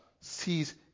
sees